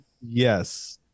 Yes